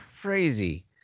crazy